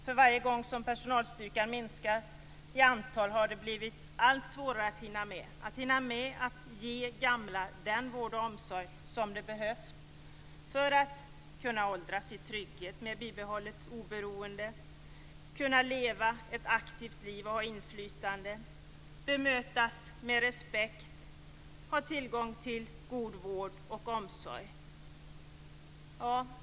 För varje gång som personalstyrkan minskar i antal har det blivit allt svårare att hinna med att ge gamla den vård och omsorg som de behöver för att kunna åldras i trygghet med bibehållet oberoende, för att kunna leva ett aktivt liv, ha inflytande, bemötas med respekt och ha tillgång till god vård och omsorg.